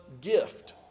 gift